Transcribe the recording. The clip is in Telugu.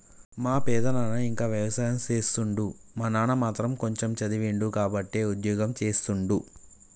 మా పెదనాన ఇంకా వ్యవసాయం చేస్తుండు మా నాన్న మాత్రం కొంచెమ్ చదివిండు కాబట్టే ఉద్యోగం చేస్తుండు